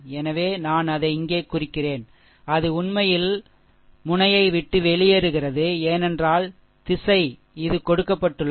எனவே நான் அதை இங்கே குறிக்கிறேன் அது உண்மையில் முனையை விட்டு வெளியேறுகிறது ஏனென்றால் திசை இது கொடுக்கப்பட்டுள்ளது